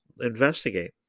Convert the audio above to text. investigate